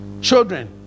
children